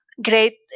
Great